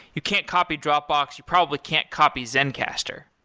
you can't copy dropbox. you probably can't copy zencastr.